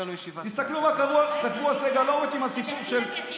תסתכלו מה כתבו על סגלוביץ', עם הסיפור של